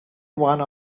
one